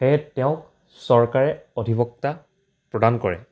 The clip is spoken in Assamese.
সেয়ে তেওঁক চৰকাৰে অধিবক্তা প্ৰদান কৰে